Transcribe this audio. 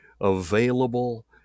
available